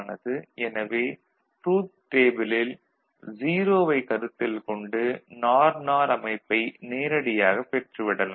எனவே ட்ரூத் டேபிளில் 0 வைக் கருத்தில் கொண்டு நார் நார் அமைப்பை நேரடியாக பெற்றுவிடலாம்